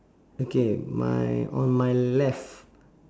okay my on my left